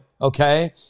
Okay